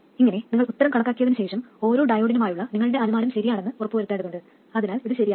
ഇങ്ങനെ നിങ്ങൾ ഉത്തരം കണക്കാക്കിയതിനു ശേഷം ഓരോ ഡയോഡിനുമായുള്ള നിങ്ങളുടെ അനുമാനം ശരിയാണെന്ന് ഉറപ്പുവരുത്തേണ്ടതുണ്ട് അതിനാൽ ഇത് ശരിയാണ്